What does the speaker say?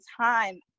time